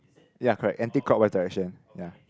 ya correct anti clockwise direction ya